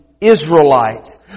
Israelites